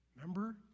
Remember